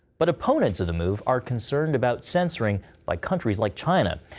but opponents of the move are concerned about censoring by countries like china.